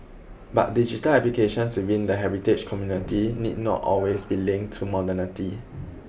but digital applications within the heritage community need not always be linked to modernity